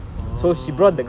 orh